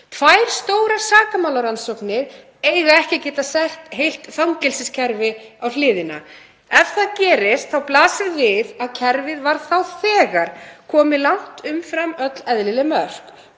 Tvær stórar sakamálarannsóknir eiga ekki að geta sett heilt fangelsiskerfi á hliðina. Ef það gerist þá blasir við að kerfið var þá þegar komið langt umfram öll eðlileg mörk,